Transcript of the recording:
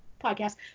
podcast